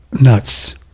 nuts